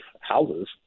houses